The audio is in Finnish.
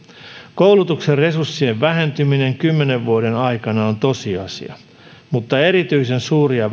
koulutuksen resurssien vähentyminen kymmenen vuoden aikana on tosiasia mutta erityisen suuria